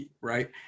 Right